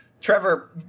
trevor